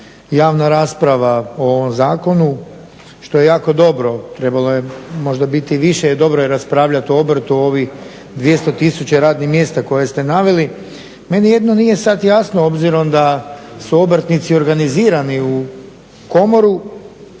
javna rasprava o ovom zakonu što je jako dobro. Trebalo je možda biti i više jer dobro je raspravljati o obrtu o ovih 200 tisuća radnih mjesta koje ste naveli. Meni jedno nije sada jasno, obzirom da su obrtnici organizirani u komoru